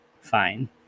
fine